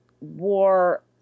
war